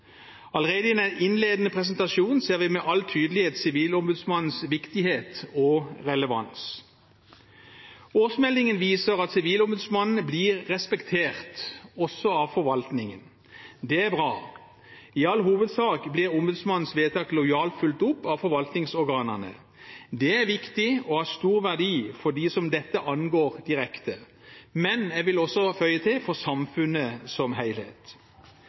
Allerede i den innledende presentasjonen ser vi med all tydelighet Sivilombudsmannens viktighet og relevans. Årsmeldingen viser at Sivilombudsmannen blir respektert, også av forvaltningen. Det er bra. I all hovedsak blir ombudsmannens vedtak lojalt fulgt opp av forvaltningsorganene. Det er viktig og av stor verdi for dem som dette angår direkte, men – jeg vil føye til – også for samfunnet som